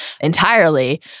entirely